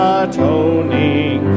atoning